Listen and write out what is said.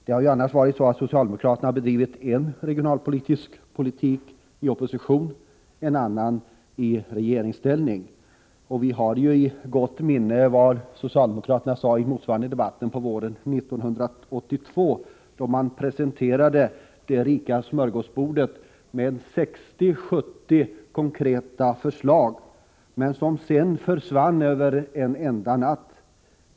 Det har annars varit så att socialdemokraterna förordat en regionalpolitik i opposition och en annan i regeringsställning. Vi har i gott minne vad socialdemokraterna sade i motsvarande debatt våren 1982. Då presenterade man det rika ”smörgårdsbordet” med 60-70 konkreta förslag, som sedan försvann över en enda natt.